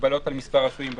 הגבלות על מספר השוהים במקום.